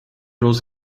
rules